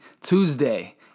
Tuesday